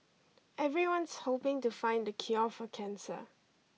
everyone's hoping to find the cure for cancer